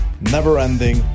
never-ending